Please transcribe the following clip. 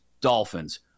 Dolphins